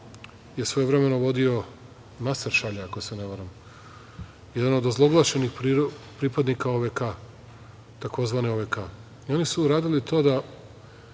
je svojevremeno vodio Maser Šalja, ako se ne varam, jedan od ozloglašenih pripadnika OVK, tzv. OVK i oni su uradili to da